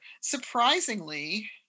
surprisingly